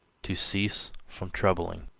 to cease from troubling.